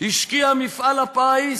השקיע מפעל הפיס